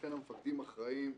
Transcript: לכן המפקדים אחראים,